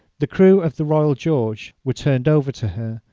the crew of the royal george were turned over to her,